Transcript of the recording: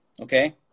Okay